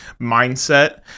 mindset